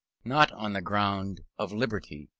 not on the ground of liberty,